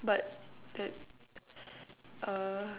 but that uh